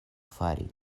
fari